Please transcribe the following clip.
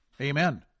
Amen